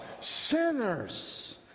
sinners